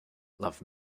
love